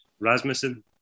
Rasmussen